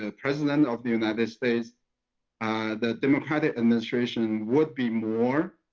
ah president of the united states, the democratic administration would be more